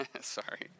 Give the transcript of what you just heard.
Sorry